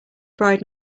bride